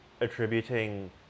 attributing